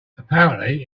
apparently